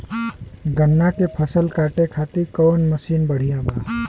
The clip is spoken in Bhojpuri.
गन्ना के फसल कांटे खाती कवन मसीन बढ़ियां बा?